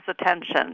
attention